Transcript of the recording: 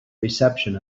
reception